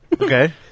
Okay